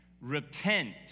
repent